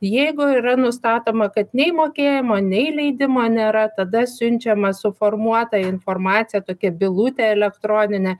jeigu yra nustatoma kad nei mokėjimo nei leidimo nėra tada siunčiama suformuota informacija tokia bylutė elektroninė